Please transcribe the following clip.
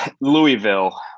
Louisville